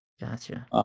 Gotcha